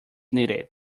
needed